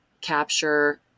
capture